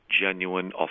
genuine